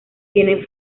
tienen